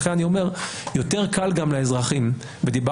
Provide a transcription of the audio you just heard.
לכן אני אומר שיותר קל גם לאזרחים לומר: